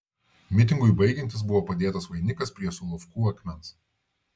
mitingui baigiantis buvo padėtas vainikas prie solovkų akmens